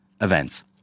events